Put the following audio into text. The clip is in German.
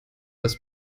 das